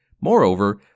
Moreover